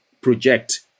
project